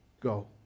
go